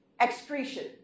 excretion